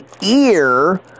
ear